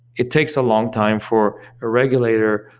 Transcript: it takes a long time for a regulator,